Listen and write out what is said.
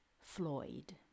Floyd